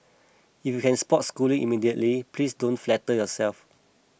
if you can spot Schooling immediately please don't flatter yourself